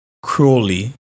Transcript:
cruelly